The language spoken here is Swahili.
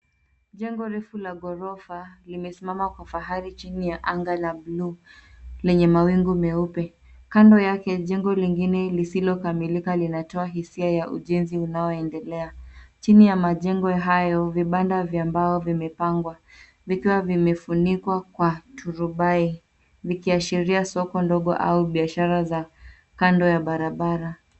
Jengo refu la ghorofa limesimama kwa fahari chini ya anga la buluu lenye mawingu meupe. Kando yake jengo lingine lisilokamilika linatoa hisia ya ujenzi unaoendelea. Chini ya majengo hayo, vibanda vya mbao vimepangwa, vikiwa vimefunikwa kwa turubai vikiashiria soko ndogo au biashara za kando ya barabara.